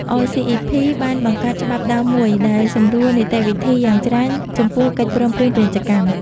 អ សុី អុី ភី(RCEP) បានបង្កើត ច្បាប់ដើមមួយ ដែលសម្រួលនីតិវិធីយ៉ាងច្រើនចំពោះកិច្ចព្រមព្រៀងពាណិជ្ជកម្ម។